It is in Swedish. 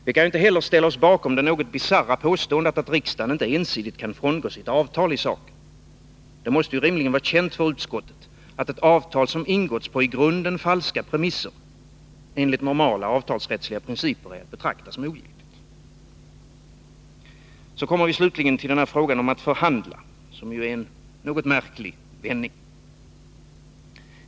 Vi kan inte heller ställa oss bakom det något bisarra påståendet att riksdagen inte ensidigt kan frångå sitt avtal i saken. Det måste rimligen vara känt för utskottet att ett avtal som ingåtts på i grunden falska premisser enligt normala avtalsrättsliga principer är att betrakta som ogiltigt. Sedan kommer vi slutligen till frågan om att förhandla, som innebär en något märklig vändning.